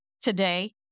today